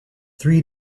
three